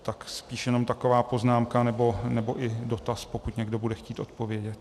Tak spíše jenom taková poznámka nebo i dotaz, pokud někdo bude chtít odpovědět.